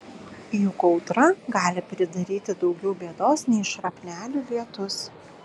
juk audra gali pridaryti daugiau bėdos nei šrapnelių lietus